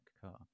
car